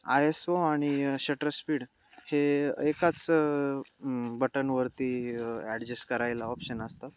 I S O आणि shutter speed हे एकाच बटनवरती ॲडजेस्ट करायला ऑप्शन असतात